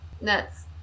Nuts